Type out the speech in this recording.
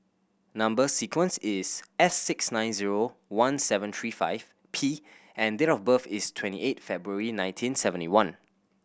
number sequence is S six nine zero one seven three five P and date of birth is twenty eight February nineteen seventy one